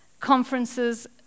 conferences